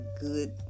good